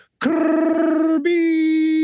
Kirby